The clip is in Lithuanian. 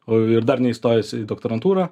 o ir dar neįstojęs į doktorantūrą